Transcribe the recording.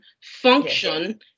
function